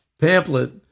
pamphlet